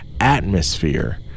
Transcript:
atmosphere